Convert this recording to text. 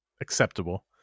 acceptable